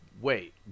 wait